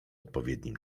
odpowiednim